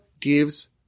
gives